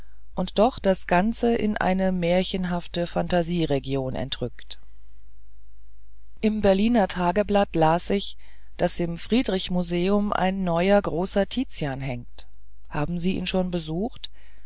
und doch das ganze in eine märchenhafte phantasieregion entrückt im berl tageblatt las ich daß im friedrich museum ein neuer großer tizian hängt haben sie ihn schon besucht